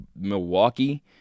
Milwaukee